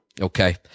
Okay